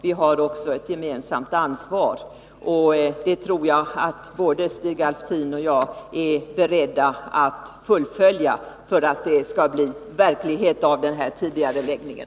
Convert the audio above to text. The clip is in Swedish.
Vi har också ett gemensamt ansvar, och det tror jag att både Stig Alftin och jag är beredda att fullfölja för att det skall bli verklighet av den här tidigareläggningen.